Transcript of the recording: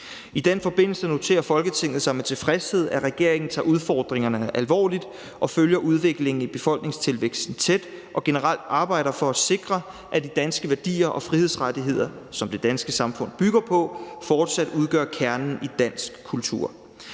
I den forbindelse noterer Folketinget sig med tilfredshed, at regeringen tager udfordringerne alvorligt og følger udviklingen i befolkningstilvæksten tæt og generelt arbejder for at sikre, at de danske værdier og frihedsrettigheder, som det danske samfund bygger på, fortsat udgør kernen i dansk kultur.